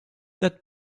that